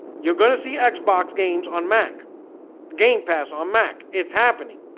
you're gonna see xbox games on mac game pass on mac. it's happening.